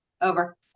over